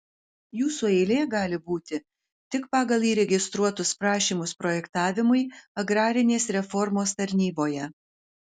jūsų eilė gali būti tik pagal įregistruotus prašymus projektavimui agrarinės reformos tarnyboje